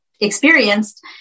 experienced